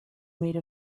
made